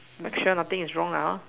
make sure nothing is wrong lah hor